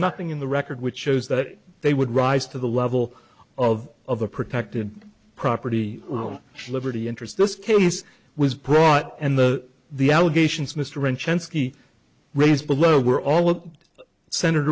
nothing in the record which shows that they would rise to the level of of a protected property liberty interest this case was brought and the the allegations mr wrenn chancy raised below were all centered